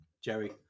Jerry